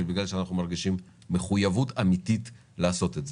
אלא בגלל שאנחנו מרגישים מחויבות אמיתית לעשות את זה.